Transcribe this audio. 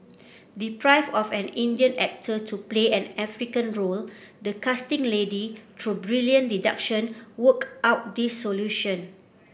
deprived of an Indian actor to play an African role the casting lady through brilliant deduction worked out this solution